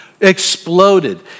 exploded